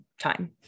time